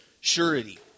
surety